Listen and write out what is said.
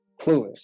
clueless